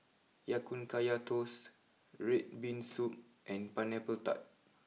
Ya Kun Kaya Toast Red Bean Soup and Pineapple Tart